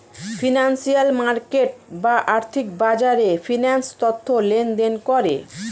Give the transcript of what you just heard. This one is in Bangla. ফিনান্সিয়াল মার্কেট বা আর্থিক বাজারে ফিন্যান্স তথ্য লেনদেন করে